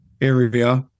area